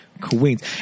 queens